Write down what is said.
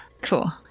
cool